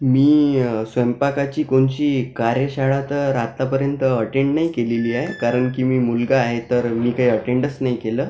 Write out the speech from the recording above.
मी स्वयंपाकाची कोणची कार्यशाळा तर आत्तापर्यंत अटेंड नाही केलेली आहे कारण की मी मुलगा आहे तर मी काही अटेंडच नाही केलं